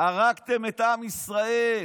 הרגתם את עם ישראל.